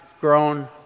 grown